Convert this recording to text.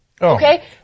Okay